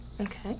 Okay